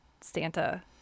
Santa